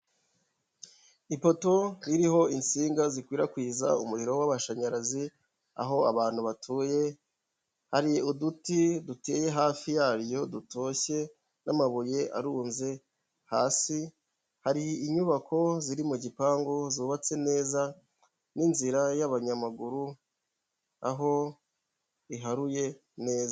Ipoto ririho insinga zikwirakwiza umuriro w'amashanyarazi aho abantu batuye, hari uduti duteye hafi yayo dutoshye n'amabuye arunze hasi, hari inyubako ziri mu gipangu zubatse neza n'inzira y'abanyamaguru aho iharuye neza.